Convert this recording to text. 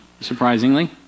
surprisingly